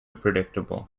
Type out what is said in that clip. predictable